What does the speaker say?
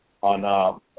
on